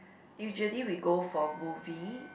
usually we go for movie